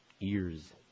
Ears